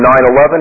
9-11